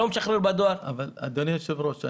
אדוני היושב-ראש,